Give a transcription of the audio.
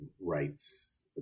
rights